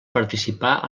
participar